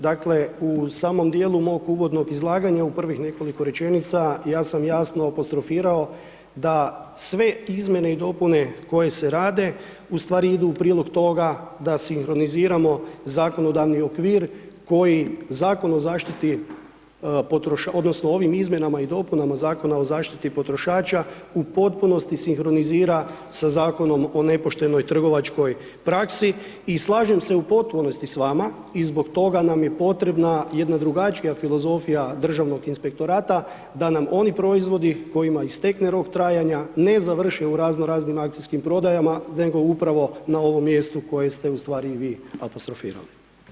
Dakle, u samom dijelu mog uvodnog izlaganja, u prvih nekoliko rečenica, ja sam jasno apostrofirao, da sve izmjene i dopune koje se rade, ustvari idu u prilog toga, da sinkroniziramo zakonodavni okvir, koji Zakon o zaštiti, odnosno, ovim izmjenama i dopunama Zakona o zaštiti potrošača, u potpunosti sinkronizira, sa zakonom o nepoštenoj trgovačkoj praksi i slažem se u potpunosti s vama i zbog toga nam je potrebna jedna drugačija filozofija Državnog inspektorata, da nam oni proizvodi, kojima istekne rok trajanja, ne završe u razno raznim akcijskim prodaja, nego upravo na ovom mjestu, koji ste ustvari vi apostrofirali.